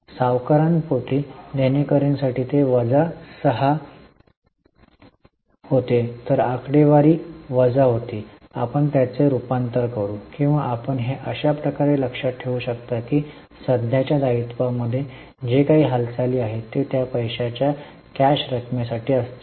सावकारापोटी देणेकरीासाठी ते वजा 6 होते तर आकडेवारी वजा होते आपण त्याचे रुपांतर करू किंवा आपण हे अशा प्रकारे लक्षात ठेवू शकता की सध्याच्या दायित्वामध्ये जे काही हालचाली होते त्या पैशाच्या कॅश रकमेसाठी असतील